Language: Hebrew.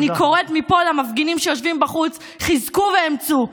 אני קוראת מפה למפגינים שיושבים בחוץ: חזקו ואמצו,